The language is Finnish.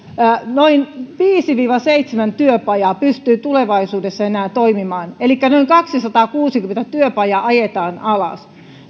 noin viisi viiva seitsemän työpajaa pystyy tulevaisuudessa toimimaan elikkä noin kaksisataakuusikymmentä työpajaa ajetaan alas